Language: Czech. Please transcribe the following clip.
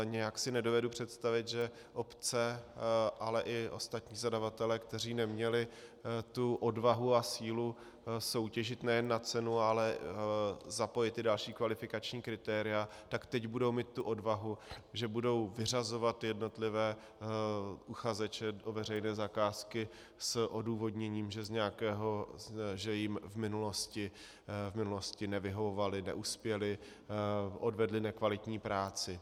Nějak si nedovedu představit, že obce, ale i ostatní zadavatelé, kteří neměli tu odvahu a sílu soutěžit nejen na cenu, ale zapojit i další kvalifikační kritéria, tak teď budou mít tu odvahu, že budou vyřazovat jednotlivé uchazeče o veřejné zakázky s odůvodněním, že jim v minulosti nevyhovovali, neuspěli, odvedli nekvalitní práci.